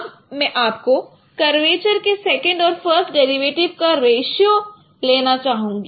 अब मैं आपको कर्वेचर के सेकंड और फ़र्स्ट डेरिवेटिव का रेश्यो लेना चाहूँगा